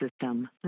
system